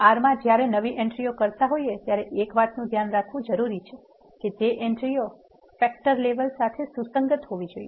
R માં જ્યારે નવી એન્ટ્રિઓ કરતા હોય ત્યારે એક વાત નુ ધ્યાન રાખવુ જરૂરી છે ક તે એન્ટ્રિઓ ફેક્ટર લેવલ સાથે સુસંગત હોવી જોઈએ